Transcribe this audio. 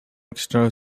extra